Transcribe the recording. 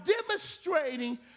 demonstrating